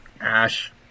Ash